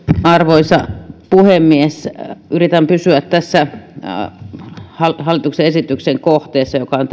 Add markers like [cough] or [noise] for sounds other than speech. arvoisa puhemies yritän pysyä tässä hallituksen esityksen kohteessa joka on [unintelligible]